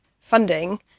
funding